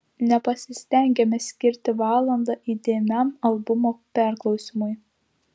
nepasistengiame skirti valandą įdėmiam albumo perklausymui